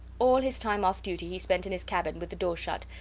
all his time off duty he spent in his cabin with the door shut,